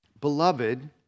Beloved